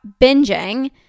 binging